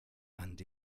and